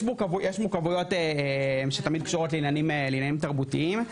יש מורכבויות שתמיד קשורות לעניינים תרבותיים,